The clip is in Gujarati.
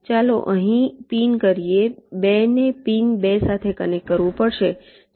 ચાલો અહીં પિન કરીએ 2 ને પિન 2 સાથે કનેક્ટ કરવું પડશે